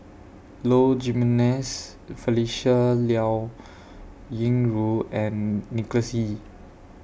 Low Jimenez Felicia Liao Yingru and Nicholas Ee